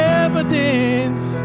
evidence